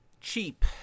Cheap